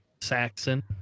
Saxon